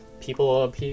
People